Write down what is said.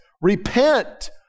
repent